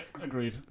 agreed